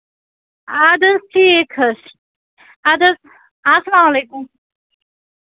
اَدٕ حظ ٹھیٖک حظ چھُ اَدٕ حظ اَسلام علیکُم